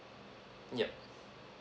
yup